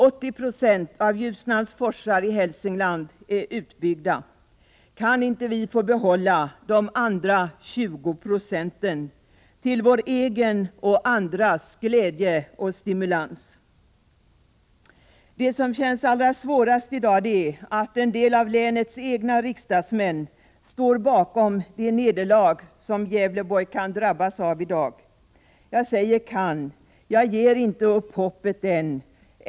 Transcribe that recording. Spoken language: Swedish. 80 20 av Ljusnans forsar i Hälsingland är utbyggda. Kan vi inte få behålla de andra 20 procenten, till vår egen och andras glädje och stimulans? Det som kanske känns allra svårast i dag är att en del av länets egna riksdagsmän står bakom det nederlag som Gävleborg kan drabbas av i dag. Jag säger kan, för jag ger inte upp hoppet än.